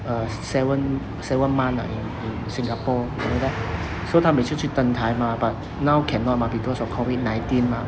uh seven seven month ah singapore so 他每次去登台 mah but now cannot mah because of COVID nineteen mah